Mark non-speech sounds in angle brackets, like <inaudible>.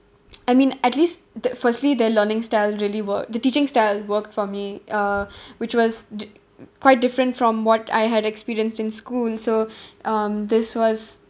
<noise> I mean at least the firstly their learning style really work the teaching style work for me uh <breath> which was di~ quite different from what I had experienced in school so <breath> um this was